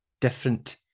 different